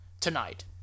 tonight